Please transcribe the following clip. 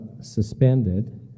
suspended